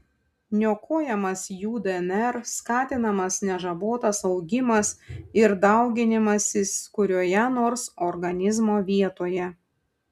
niokojamas jų dnr skatinamas nežabotas augimas ir dauginimasis kurioje nors organizmo vietoje